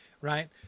right